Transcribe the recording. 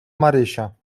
marysia